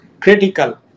critical